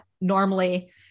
normally